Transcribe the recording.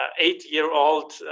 eight-year-old